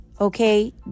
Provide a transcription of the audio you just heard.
okay